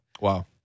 Wow